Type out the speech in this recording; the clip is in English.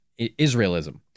Israelism